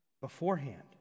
beforehand